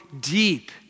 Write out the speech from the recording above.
deep